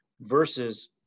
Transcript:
versus